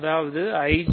அதாவது I